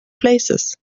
places